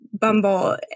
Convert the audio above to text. Bumble